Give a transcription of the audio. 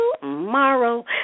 tomorrow